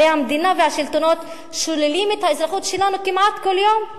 הרי המדינה והשלטונות שוללים את האזרחות שלנו כמעט כל יום.